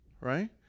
Right